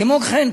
כמו כן,